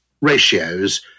ratios